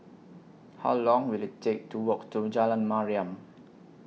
How Long Will IT Take to Walk to Jalan Mariam